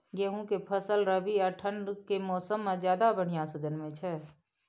गेहूं के फसल रबी आ ठंड के मौसम में ज्यादा बढ़िया से जन्में छै?